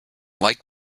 like